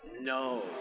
no